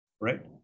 right